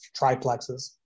triplexes